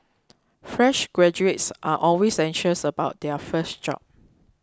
fresh graduates are always anxious about their first job